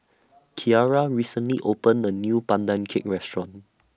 Kiara recently opened A New Pandan Cake Restaurant